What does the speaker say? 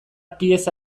pieza